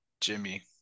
Jimmy